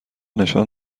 نشان